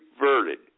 reverted